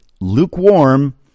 lukewarm